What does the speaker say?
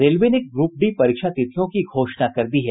railway ने group D परीक्षा तिथियों की घोषणा कर दी है